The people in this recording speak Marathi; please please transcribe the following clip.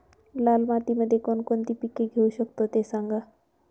लाल मातीमध्ये कोणकोणती पिके घेऊ शकतो, ते सांगा